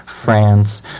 France